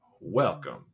welcome